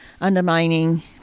undermining